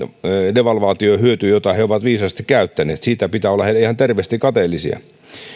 devalvaatiohyöty jota he ovat viisaasti käyttäneet siitä pitää olla heille ihan terveesti kateellisia